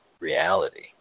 reality